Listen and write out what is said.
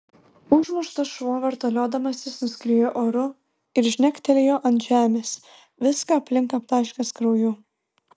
užmuštas šuo vartaliodamasis nuskriejo oru ir žnektelėjo ant žemės viską aplink aptaškęs krauju